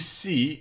see